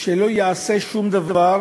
שלא ייעשה שום דבר